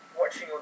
watching